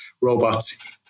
robots